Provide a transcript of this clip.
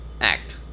Act